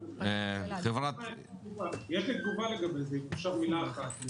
יש לי תגובה לגבי זה, אם אפשר מילה אחת.